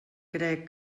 crec